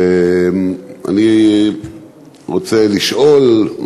אני רוצה לשאול,